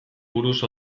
buruz